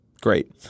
great